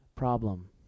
problem